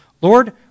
Lord